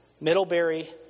Middlebury